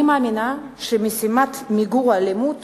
אני מאמינה שמשימת מיגור האלימות